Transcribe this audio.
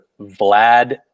Vlad